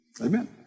Amen